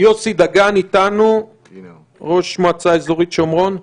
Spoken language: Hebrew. דגן, ראש מועצה אזורית שומרון איתנו?